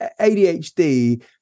ADHD